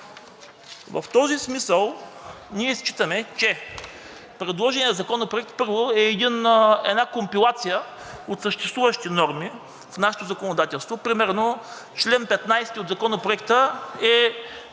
В този смисъл ние считаме, че предложеният законопроект, първо, е една компилация от съществуващи норми в нашето законодателство. Примерно чл. 15 от Законопроекта е